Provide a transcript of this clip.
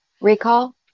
Recall